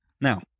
Now